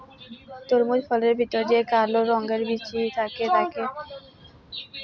তরমুজ ফলের ভেতর যে কাল রঙের বিচি গুলা থাক্যে